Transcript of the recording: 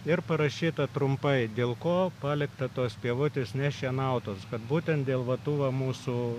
ir parašyta trumpai dėl ko palikta tos pievutės nešienautos kad būtent dėl va tų va mūsų